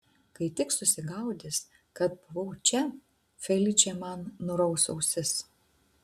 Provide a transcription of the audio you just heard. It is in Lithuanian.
kai tik susigaudys kad buvau čia feličė man nuraus ausis